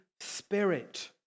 Spirit